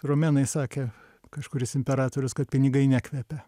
romėnai sakė kažkuris imperatorius kad pinigai nekvepia